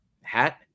hat